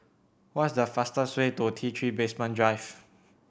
what is the fastest way to T Three Basement Drive